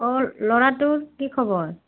অঁ ল'ৰাটোৰ কি খবৰ